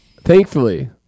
thankfully